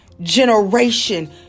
generation